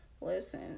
listen